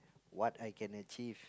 what I can achieve